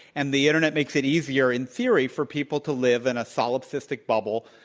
and the internet makes it easier in theory for people to live in a solid cystic bubble,